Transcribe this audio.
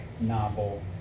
novel